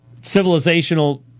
civilizational